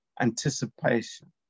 anticipation